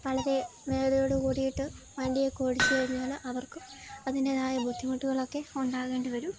വളരെ മേലോട്ട് കൂടിയിട്ട് വണ്ടിയൊക്കെ ഓടിച്ചു കഴിഞ്ഞാൽ അവർക്ക് അതിൻ്റെതായ ബുദ്ധിമുട്ടുകളൊക്കെ ഉണ്ടാകേണ്ടി വരും